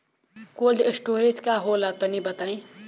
Cold storage का होला तनि बताई?